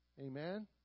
Amen